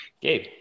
Gabe